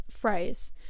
phrase